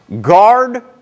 Guard